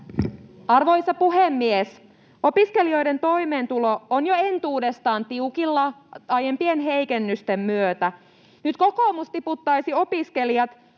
Arvoisa puhemies! Opiskelijoiden toimeentulo on jo entuudestaan tiukilla aiempien heikennysten myötä. Nyt kokoomus tiputtaisi opiskelijat